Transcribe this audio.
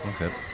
okay